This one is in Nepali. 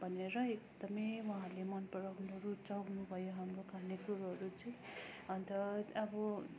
भनेर एकदमै उहाँहरूले मनपराउनु रुचाउनुभयो हाम्रो खानेकुरोहरू चाहिँ अन्त अब